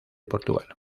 portugal